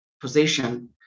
position